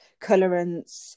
colorants